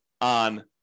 on